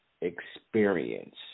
experience